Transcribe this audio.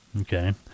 Okay